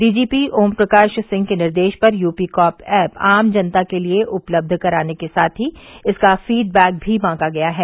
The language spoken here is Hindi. डीजीपी ओमप्रकाश सिंह के निर्देश पर यूपी कॉप एप आम जनता के लिए उपलब्ध कराने के साथ ही इसका फीडबैक भी मांगा गया है